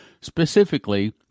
specifically